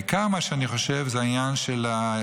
מה שאני חושב שהוא העיקר זה העניין של ההישג,